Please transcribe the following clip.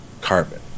carbon